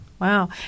Wow